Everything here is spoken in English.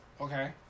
Okay